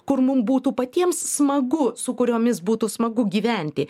kur mum būtų patiems smagu su kuriomis būtų smagu gyventi